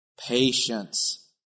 patience